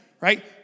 right